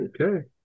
Okay